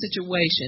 situation